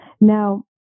now